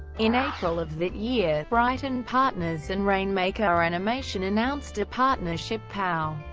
in april of that year, brighton partners and rainmaker animation announced a partnership pow!